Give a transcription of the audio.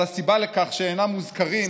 אבל הסיבה לכך שאינם מוזכרים